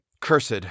cursed